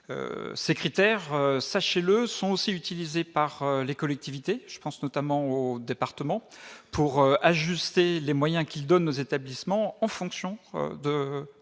ces critères, sachez-le, sont aussi utilisés par les collectivités, je pense notamment au département pour ajuster les moyens qu'il donne aux établissements en fonction de, de vos